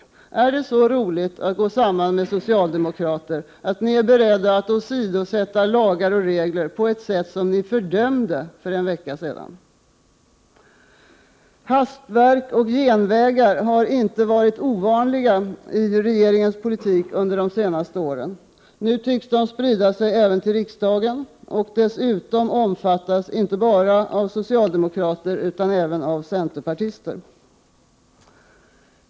Är det så roligt att gå samman med socialdemokraterna att ni i centern är beredda att åsidosätta lagar och regler på ett sätt som ni fördömde för en vecka sedan? Hastverk och genvägar har inte varit ovanliga i regeringens politik under de senaste åren. Nu tycks de sprida sig även till riksdagen och dessutom omfattas inte bara av socialdemokrater utan även av centerpartister.